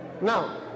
now